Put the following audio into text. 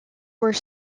were